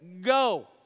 Go